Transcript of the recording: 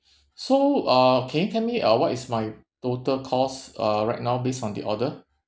so uh can you tell me uh what is my total cost uh right now based on the order